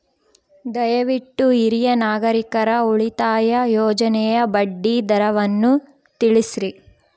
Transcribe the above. ದಯವಿಟ್ಟು ಹಿರಿಯ ನಾಗರಿಕರ ಉಳಿತಾಯ ಯೋಜನೆಯ ಬಡ್ಡಿ ದರವನ್ನು ತಿಳಿಸ್ರಿ